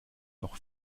noch